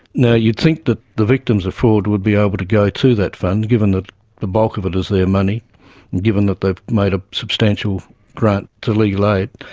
now, you'd think that the victims of fraud would be able to go to that fund, given that ah the bulk of it is their money and given that they've made a substantial grant to legal aid,